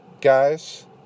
guys